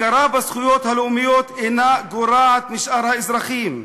הכרה בזכויות הלאומיות אינה גורעת משאר האזרחים.